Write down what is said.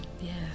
yes